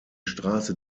straße